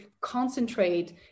concentrate